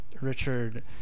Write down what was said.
Richard